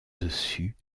dessus